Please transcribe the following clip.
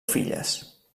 filles